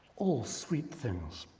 all sweet things.